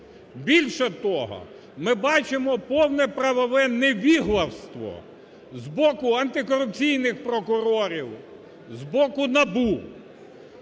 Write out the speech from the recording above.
Більше того, ми бачимо повне правове невігластво з боку антикорупційних прокурорів, з боку НАБУ.